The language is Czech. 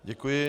Děkuji.